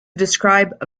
describe